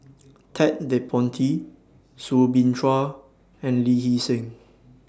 Ted De Ponti Soo Bin Chua and Lee Hee Seng